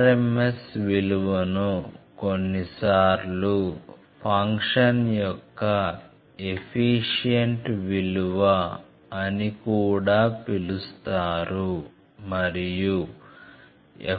rms విలువను కొన్నిసార్లు function యొక్క ఎఫీషియెంట్ విలువ అని కూడా పిలుస్తారు మరియు